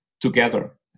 together